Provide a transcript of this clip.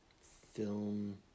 film